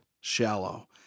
shallow